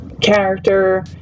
character